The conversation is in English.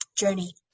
journey